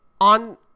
on